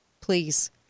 Please